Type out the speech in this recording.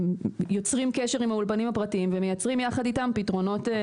יוצרים קשר עם האולפנים הפרטיים ומייצרים יחד איתם פתרונות נוספים.